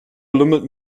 lümmelt